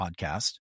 podcast